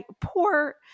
poor